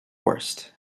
worst